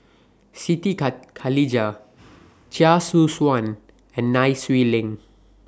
Siti Khalijah Chia Choo Suan and Nai Swee Leng